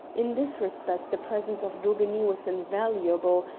in this respect the presence of daubeney was invaluable,